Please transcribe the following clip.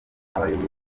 abayobozi